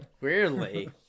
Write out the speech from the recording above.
weirdly